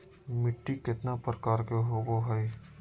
मिट्टी केतना प्रकार के होबो हाय?